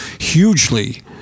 hugely